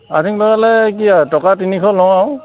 earthing লগালে কি আৰু টকা তিনিশ লওঁ আৰু